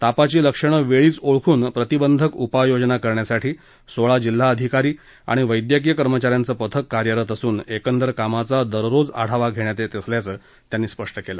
तापाची लक्षणं वेळीच ओळखून प्रतिबंधक उपाययोजना करण्यासाठी सोळा जिल्हा अधिकारी आणि वैद्यकीय कर्मचा यांचं पथक कार्यरत असून एकंदर कामाचा दररोज आढावा घेण्यात येत असल्याचं त्यांनी सांगितलं